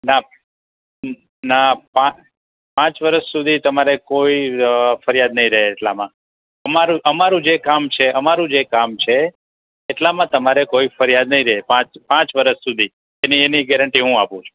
ના ના પાંચ વરસ સુધી તમારે કોઈ ફરિયાદ નહીં રહે એટલામાં અમારું અમારું જે કામ છે અમારું જે કામ છે એટલામાં તમારે કોઈ ફરિયાદ નહીં રહે પાંચ પાંચ વરસ સુધી એની એની ગેરંટી હું આપું છું